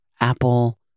Apple